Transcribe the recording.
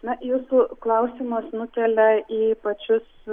na jūsų klausimas nukelia į pačius